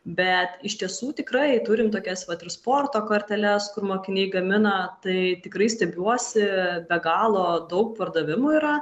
bet iš tiesų tikrai turim tokias vat ir sporto korteles kur mokiniai gamina tai tikrai stebiuosi be galo daug pardavimų yra